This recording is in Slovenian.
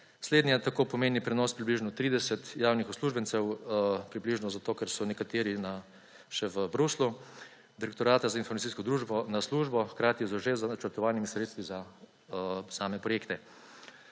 Slednja tako pomeni prenos približno 30 javnih uslužbencev približno zato, ker so nekateri še v Bruslju direktorata za informacijsko službo, hkrati že z načrtovanimi sredstvi za same projekte.